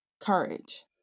courage